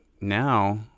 now